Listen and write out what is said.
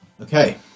okay